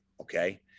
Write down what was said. okay